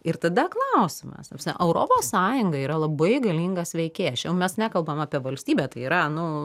ir tada klausimas ta prasme europos sąjunga yra labai galingas veikėjas čia jau mes nekalbam apie valstybę tai yra nu